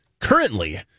currently